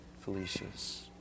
Felicia's